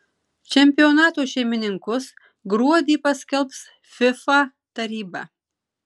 čempionato šeimininkus gruodį paskelbs fifa taryba